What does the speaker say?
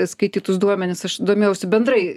skaitytus duomenis aš domėjausi bendrai